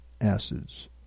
acids